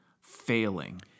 failing